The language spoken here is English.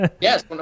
Yes